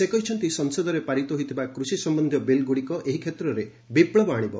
ସେ କହିଛନ୍ତି ସଂସଦରେ ପାରିତ ହୋଇଥିବା କୃଷି ସମ୍ଭନ୍ଧୀୟ ବିଲ୍ଗୁଡ଼ିକ ଏହି କ୍ଷେତ୍ରରେ ବିପ୍ଳବ ଆଣିବ